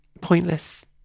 pointless